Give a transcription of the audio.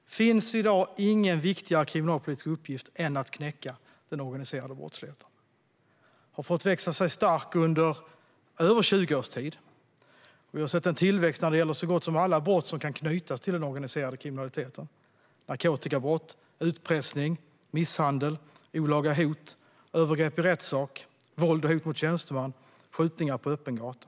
Det finns i dag ingen viktigare kriminalpolitisk uppgift än att knäcka den organiserade brottsligheten. Den har fått växa sig stark i över 20 års tid. Vi har sett en tillväxt när det gäller så gott som alla brott som kan knytas till den organiserade kriminaliteten - narkotikabrott, utpressning, misshandel, olaga hot, övergrepp i rättssak, våld och hot mot tjänsteman, skjutningar på öppen gata.